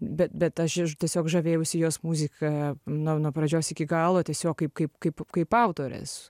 bet bet aš tiesiog žavėjausi jos muzika nuo nuo pradžios iki galo tiesiog kaip kaip kaip kaip autorės